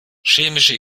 chemische